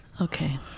Okay